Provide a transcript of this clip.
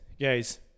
Guys